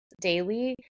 daily